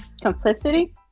Complicity